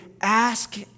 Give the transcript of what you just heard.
ask